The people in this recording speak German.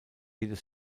jedes